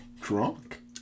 drunk